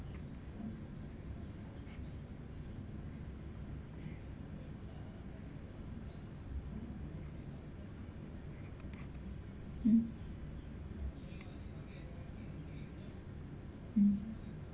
mm mm